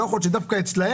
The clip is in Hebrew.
לא יכול להיות שדווקא אצלם,